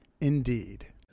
Indeed